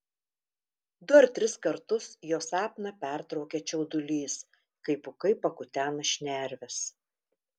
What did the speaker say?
du ar tris kartus jo sapną pertraukia čiaudulys kai pūkai pakutena šnerves